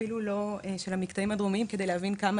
אפילו לא של המקטעים הדרומיים כדי להבין כמה